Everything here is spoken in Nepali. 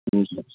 हजुर